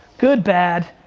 good, bad.